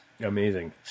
Amazing